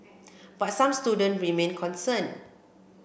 but some students remain concerned